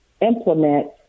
implement